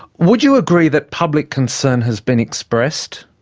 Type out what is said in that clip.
would you agree that public concern has been expressed,